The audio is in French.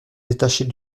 détacher